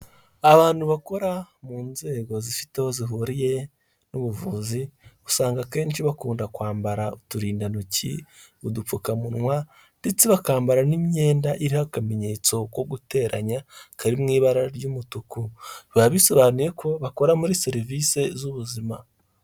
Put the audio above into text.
Abantu bakora mu nzego zifite aho zihuriye n'ubuvuzi, usanga akenshi bakunda kwambara uturindantoki, udupfukamunwa ndetse bakambara n'imyenda iriho akamenyetso ko guteranya kariho ibara ry'umutuku, baba bisobanuye ko bakora muri serivisi z'ubuzima.